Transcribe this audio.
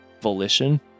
volition